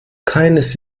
keines